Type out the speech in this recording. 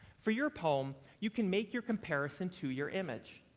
for your poem, you can make your comparison to your image.